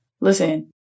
Listen